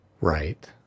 right